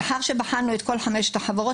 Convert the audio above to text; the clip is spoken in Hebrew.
לאחר שבחנו את כל חמשת החברות,